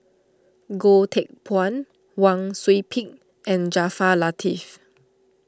Goh Teck Phuan Wang Sui Pick and Jaafar Latiff